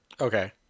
Okay